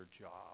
job